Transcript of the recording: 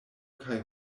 kaj